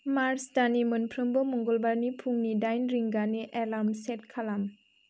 March दाननि मोनफ्रोमबो मंगलबारनि फुंनि दाइन रिंगानि एलार्म सेट खालाम